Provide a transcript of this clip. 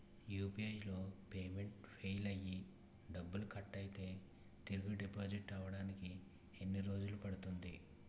UPI లో payment fail అయ్యి డబ్బులు కట్ అయితే తిరిగి డిపాజిట్ అవ్వడానికి ఎన్ని రోజులు పడుతుంది?